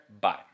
Bye